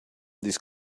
these